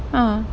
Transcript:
uh